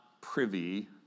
privy